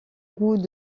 goût